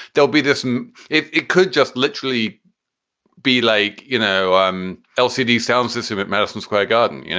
there'll be this. and it it could just literally be like, you know, um lcd soundsystem at madison square garden. you know,